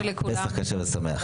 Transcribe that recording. פסח כשר ושמח.